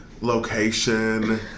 location